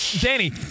Danny